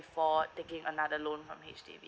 before taking another loan from H_D_B